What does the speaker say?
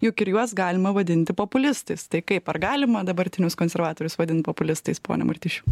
juk ir juos galima vadinti populistais tai kaip ar galima dabartinius konservatorius vadint populistais pone martišiau